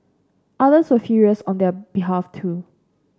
others were furious on their behalf too